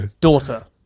Daughter